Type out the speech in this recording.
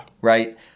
Right